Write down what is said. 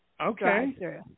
Okay